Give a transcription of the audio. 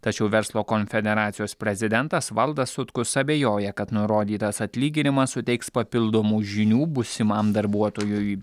tačiau verslo konfederacijos prezidentas valdas sutkus abejoja kad nurodytas atlyginimas suteiks papildomų žinių būsimam darbuotojui